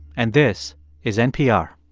and this is npr